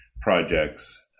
projects